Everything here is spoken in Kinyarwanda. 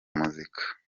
muzika